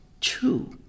true